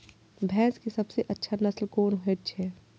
भैंस के सबसे अच्छा नस्ल कोन होय छे?